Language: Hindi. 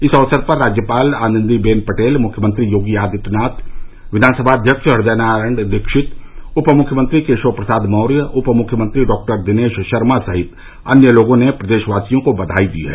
इस अवसर पर राज्यपाल आनंदीबेन पटेल मुख्यमंत्री योगी आदित्यनाथ विधानसभा अध्यक्ष हदय नारायण दीक्षित उपमुख्यमंत्री केशव प्रसाद मौर्य उपमुख्यमंत्री डॉक्टर दिनेश शर्मा सहित अन्य लोगों ने प्रदेशवासियों को बधाई दी है